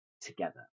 together